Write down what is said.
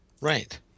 Right